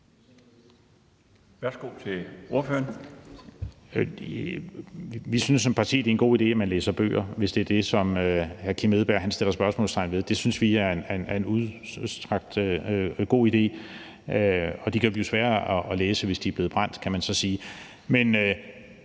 Friis Bach (RV): Vi synes som parti, det er en god idé, at man læser bøger, hvis det er det, som hr. Kim Edberg Andersen sætter spørgsmålstegn ved. Det synes vi i høj grad er en god idé, og de kan blive svære at læse, hvis de er blevet brændt, kan man så sige.